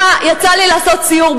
אתה מעז להשוות?